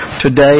Today